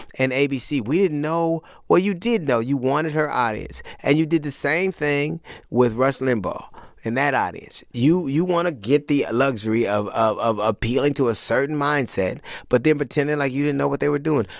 and abc we didn't know well, you did know. you wanted her audience. and you did the same thing with rush limbaugh and that audience. you you want to get the luxury of of appealing to a certain mindset but then pretending like you didn't know what they were doing.